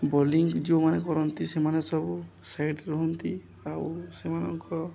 bowling ଯେଉଁମାନେ କରନ୍ତି ସେମାନେ ସବୁ ସାଇଡ଼୍ ରୁହନ୍ତି ଆଉ ସେମାନଙ୍କର